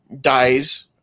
Dies